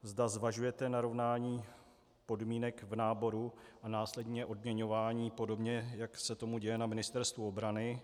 Zda zvažujete narovnání podmínek v náboru a následně odměňování podobně, jak se tomu děje na Ministerstvu obrany.